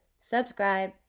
subscribe